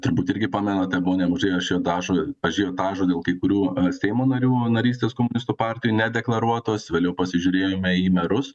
turbūt irgi pamenate buvo nemažai ažiotažų ažiotažo dėl kai kurių seimo narių narystės komunistų partijai nedeklaruotos vėliau pasižiūrėjome į merus